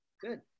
good